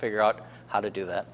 figure out how to do that